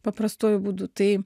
paprastuoju būdu tai